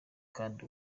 kandi